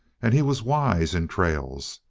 and he was wise in trails.